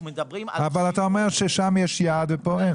אבל אתה אומר ששם יש יעד ופה אין.